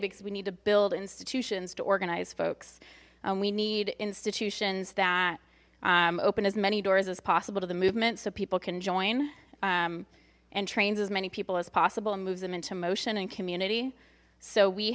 because we need to build institutions to organize folks and we need institutions that open as many doors as possible to the movement so people can join and trains as many people as possible and moves them into motion and community so we